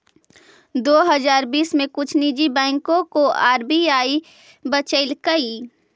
दो हजार बीस में कुछ निजी बैंकों को आर.बी.आई बचलकइ